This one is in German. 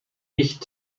nicht